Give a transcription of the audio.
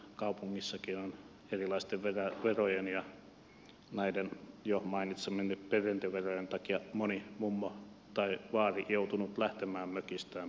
kaupungissakin on erilaisten verojen kuten näiden jo mainitsemieni perintöverojen takia moni mummo tai vaari joutunut lähtemään mökistään puolison kuoltua